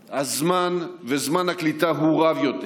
זמן הקליטה הוא רב יותר.